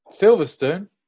Silverstone